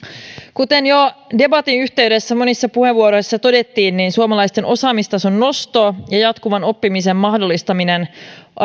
kuten jo debatin yhteydessä monissa puheenvuoroissa todettiin suomalaisten osaamistaso nosto ja jatkuvan oppimisen mahdollistaminen